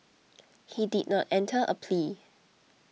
he did not enter a plea